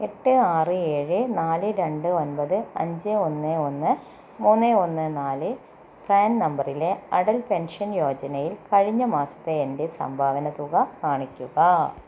എട്ട് ആറ് ഏഴ് നാല് രണ്ട് ഒൻപത് അഞ്ച് ഒന്ന് ഒന്ന് മൂന്ന് ഒന്ന് നാല് പ്രാൻ നമ്പറിലെ അടൽ പെൻഷൻ യോജനയിൽ കഴിഞ്ഞ മാസത്തെ എൻ്റെ സംഭാവന തുക കാണിക്കുക